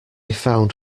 found